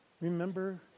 remember